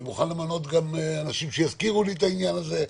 אני גם מוכן למנות אנשים שיזכירו לי את העניין הזה,